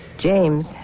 James